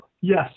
Yes